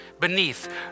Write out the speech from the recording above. beneath